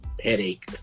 headache